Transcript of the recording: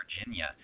Virginia